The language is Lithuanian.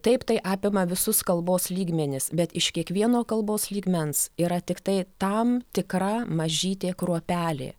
taip tai apima visus kalbos lygmenis bet iš kiekvieno kalbos lygmens yra tiktai tam tikra mažytė kruopelė